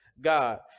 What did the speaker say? God